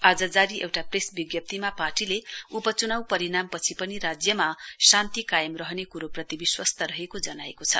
आज जारी एउटा प्रेस विज्ञप्तीमा पार्टीले उपचुनाउ परिणामपछि पनि राज्यमा शान्ति कायम रहने कुरोप्रति विश्वस्त रहेको जनाएको छ